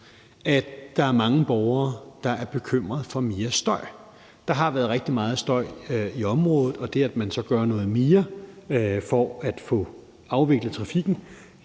at der er mange borgere, der er bekymret for mere støj. Der har været rigtig meget støj i området, og det, at man så gør noget mere for at få afviklet trafikken,